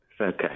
Okay